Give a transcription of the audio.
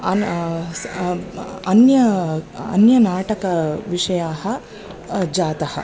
अन स् अन्य अन्य नाटकविषयाः जाताः